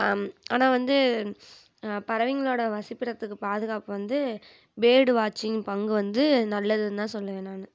ஆனால் வந்து பறவைங்களோட வசிப்பிடத்துக்கு பாதுகாப்பு வந்து பேர்டு வாட்சிங் பங்கு வந்து நல்லதுன்னு தான் சொல்லுவேன் நான்